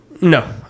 No